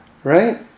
Right